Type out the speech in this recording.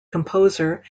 composer